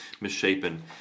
misshapen